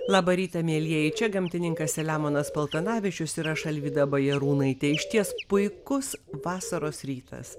labą rytą mielieji čia gamtininkas selemonas paltanavičius ir aš alvyda bajarūnaitė išties puikus vasaros rytas